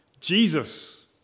Jesus